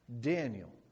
Daniel